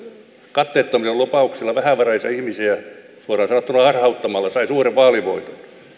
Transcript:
katteettomilla lupauksilla vähävaraisia ihmisiä suoraan sanottuna harhauttamalla sai suuren vaalivoiton